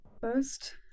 First